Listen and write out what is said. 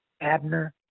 Abner